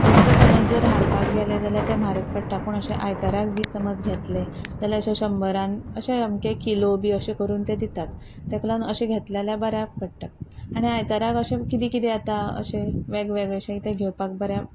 बेश्टें समज जर हाडपाक गेले जाल्यार तें म्हारग पडटा पूण अशे आयताराक बी समज घेतले जाल्यार अशे शंबरान अशे आमके किलो बी अशे करून तें दितात ताका लागून अशें घेतले जाल्यार बऱ्याक पडटा आनी आयताराक अशे कितें कितें येता अशे वेगवेगळे ते घेवपाक बऱ्या